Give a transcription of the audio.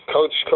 Coach